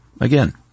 again